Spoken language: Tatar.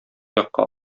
якка